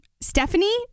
Stephanie